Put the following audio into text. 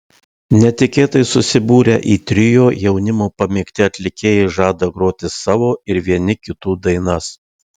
netikėtai susibūrę į trio jaunimo pamėgti atlikėjai žada groti savo ir vieni kitų dainas